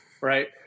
right